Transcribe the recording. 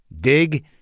Dig